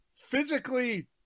physically